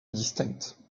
distinctes